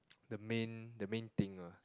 the main the main thing lah